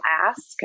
ask